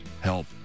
help